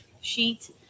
sheet